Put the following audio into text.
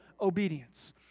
obedience